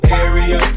area